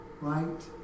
right